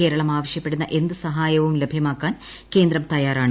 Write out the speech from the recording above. കേരളം ആവശ്യപ്പെടുന്ന എന്ത് സഹായവും ലഭ്യമാക്കാൻ കേന്ദ്രം തയ്യാറാണ്